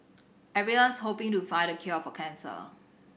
everyone's hoping to find the cure for cancer